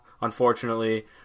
unfortunately